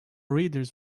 readers